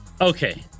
Okay